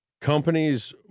companies